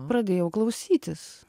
pradėjau klausytis